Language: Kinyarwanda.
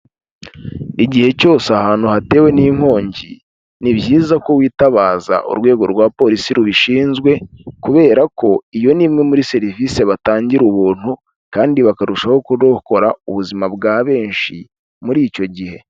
Igihe cyose ahantu hatewe n'inkongi, ni byiza ko witabaza urwego rwa Polisi rubishinzwe, kubera ko iyo ni imwe muri serivisi batangira ubuntu, kandi bakarushaho kurokora ubuzima bwa benshi muri icyo gihe.